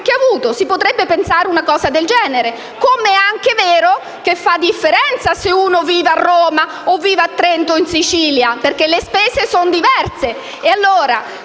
Si potrebbe pensare a una cosa del genere. E poi c'è da dire che fa differenza se si vive a Roma, a Trento o in Sicilia, perché le spese sono diverse.